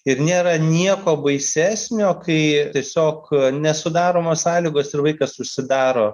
ir nėra nieko baisesnio kai tiesiog nesudaromos sąlygos ir vaikas užsidaro